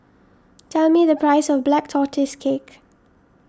tell me the price of Black Tortoise Cake